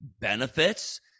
benefits